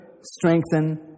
strengthen